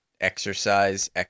exercise